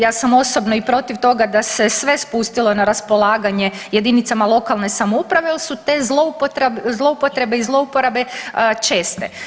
Ja sam osobno i protiv toga da se sve spustilo na raspolaganje jedinicama lokalne samouprave, jer su te zloupotrebe i zlouporabe česte.